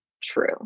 true